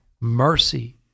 mercy